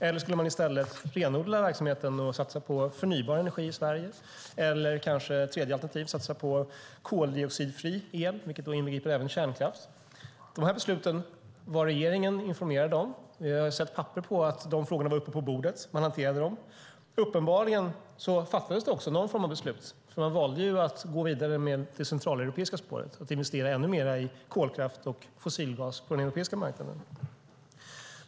Eller skulle man i stället renodla verksamheten och satsa på förnybar energi i Sverige eller kanske, som ett tredje alternativ, satsa på koldioxidfri el igen, vilket inbegriper även kärnkraft? Dessa beslut var regeringen informerad om. Vi har sett papper på att de frågorna var uppe på bordet, och man hanterade dem. Uppenbarligen fattades det också någon form av beslut, för man valde ju att gå vidare med det centraleuropeiska spåret, att investera ännu mer i kolkraft och fossilgas på den europeiska marknaden.